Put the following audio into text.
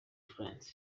france